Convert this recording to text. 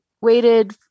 waited